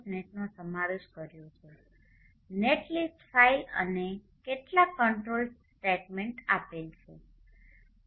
net નો સમાવેશ કર્યો છે નેટલિસ્ટ ફાઇલ અને કેટલાક કંટ્રોલ સ્ટેટ્મેંટ્સ શામેલ છે